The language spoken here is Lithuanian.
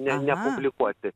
ne nepublikuoti